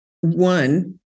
One